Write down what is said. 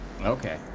okay